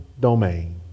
domain